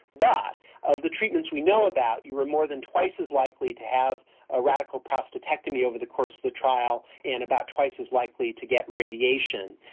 but of the treatments we know about you were more than twice as likely to have a radical prostatectomy over the course of the trial and about twice as likely to get irradiation.